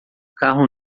carro